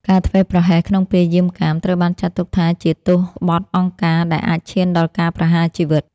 ការធ្វេសប្រហែសក្នុងពេលយាមកាម ត្រូវបានចាត់ទុកថាជាទោសក្បត់អង្គការដែលអាចឈានដល់ការប្រហារជីវិត។